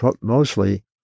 mostly